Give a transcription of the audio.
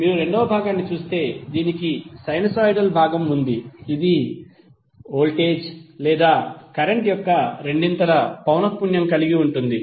మీరు రెండవ భాగాన్ని చూస్తే దీనికి సైనూసోయిడల్ భాగం ఉంది ఇది వోల్టేజ్ లేదా కరెంట్ యొక్క రెండంతల పౌనఃపున్యం కలిగి ఉంటుంది